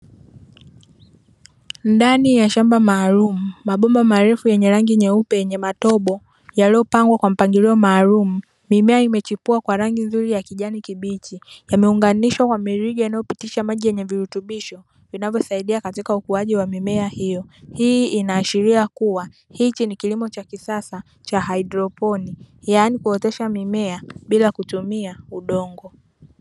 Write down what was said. Ndani ya shamba maalumu mabomba marefu yenye rangi nyeupe yenye matobo, yaliyopangwa kwa mpangilio maalumu, mimea imechipua kwa rangi nzuri ya kijani kibichi, yameunganishwa kwa miriija inayopitisha maji yenye virutubisho vinavyosaidia ukuaji wa mimea hiyo. Hii inaashiria kuwa, hiki ni kilimo cha haidroponi, yaani kuotesha mimea bila kutumia udongo.